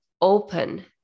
open